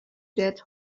dead